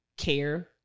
care